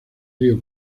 río